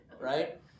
right